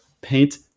paint